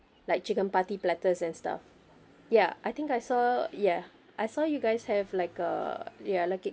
like chicken party platters and stuff ya I think I saw ya I saw you guys have like uh ya like a